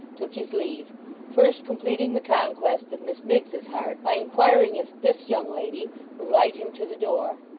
took his leave first completing the conquest of miss miggs's heart, by inquiring if this young lady would light him to the door.